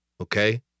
okay